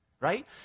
right